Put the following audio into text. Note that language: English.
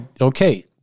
okay